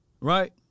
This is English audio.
right